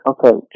Okay